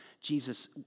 jesus